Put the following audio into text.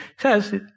says